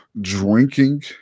drinking